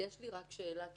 יש לי רק שאלה כי